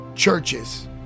churches